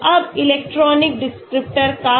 अब electronic descriptor का क्या